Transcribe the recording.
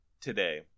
today